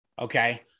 Okay